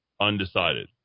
undecided